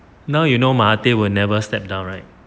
now you know mahathir will never step down right